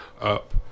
up